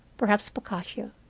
perhaps boccaccio.